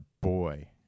boy